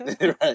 Right